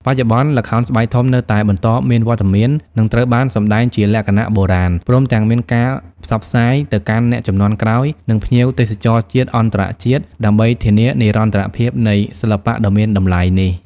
បច្ចុប្បន្ន ល្ខោនស្បែកធំនៅតែបន្តមានវត្តមាន និងត្រូវបានសម្ដែងជាលក្ខណៈបុរាណ ព្រមទាំងមានការផ្សព្វផ្សាយទៅកាន់អ្នកជំនាន់ក្រោយ និងភ្ញៀវទេសចរជាតិ-អន្តរជាតិ ដើម្បីធានានិរន្តរភាពនៃសិល្បៈដ៏មានតម្លៃនេះ ។